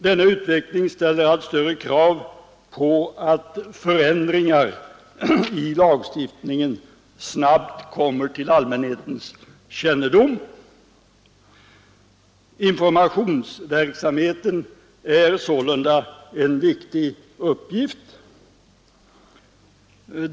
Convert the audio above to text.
Denna utveckling ställer allt större krav på att förändringar i lagstiftningen snabbt kommer till allmänhetens kännedom. Informationsverksamheten är sålunda en viktig uppgift.